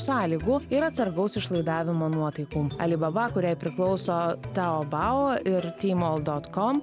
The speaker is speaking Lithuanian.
sąlygų ir atsargaus išlaidavimo nuotaikų alibaba kuriai priklauso taobao ti mol dot kom